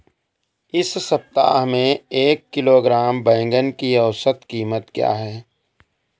इस सप्ताह में एक किलोग्राम बैंगन की औसत क़ीमत क्या है?